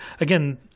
again